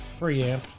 preamp